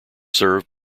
served